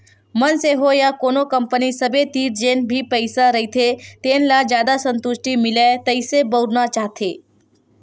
मनसे होय या कोनो कंपनी सबे तीर जेन भी पइसा रहिथे तेन ल जादा संतुस्टि मिलय तइसे बउरना चाहथे